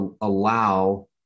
allow